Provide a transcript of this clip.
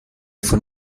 von